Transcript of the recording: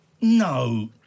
No